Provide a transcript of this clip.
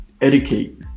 educate